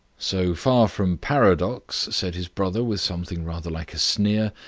so far from paradox, said his brother, with something rather like a sneer,